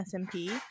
SMP